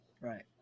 right